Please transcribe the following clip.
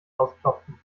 ausklopfen